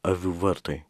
avių vartai